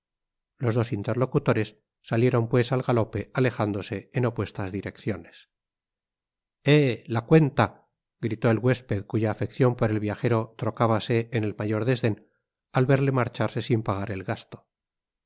dos interlocutores salieron pues al galope alejándose en opuestas direcciones eh la cuenta gritó el huésped cuya afeccion por el viajero trocábase en el mayor desden al verle marcharse sin pagar el gasto